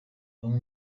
bamwe